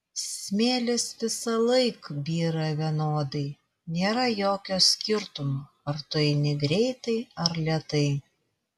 smėlis visąlaik byra vienodai nėra jokio skirtumo ar tu eini greitai ar lėtai